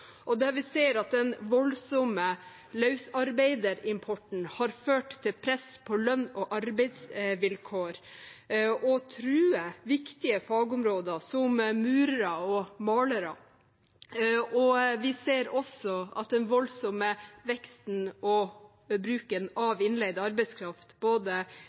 og vi ser at den voldsomme løsarbeiderimporten har ført til press på lønns- og arbeidsvilkår og truer viktige fagområder, som for murere og malere. Vi ser også at den voldsomme veksten og bruken av innleid arbeidskraft i både